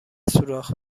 سوراخ